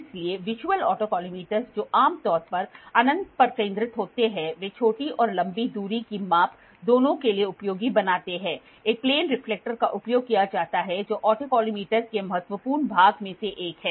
इसलिए visual autocollimator जो आमतौर पर अनंत पर केंद्रित होते हैं वे छोटी और लंबी दूरी की माप दोनों के लिए उपयोगी बनाते हैं एक प्लेन रिफ्लेक्टर का उपयोग किया जाता है जो ऑटोकॉलिमेटर के महत्वपूर्ण भाग में से एक है